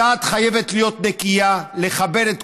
כבוד היושב-ראש,